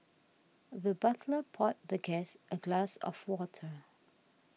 the butler poured the guest a glass of water